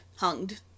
Hunged